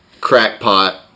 crackpot